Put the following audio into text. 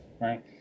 right